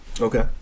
Okay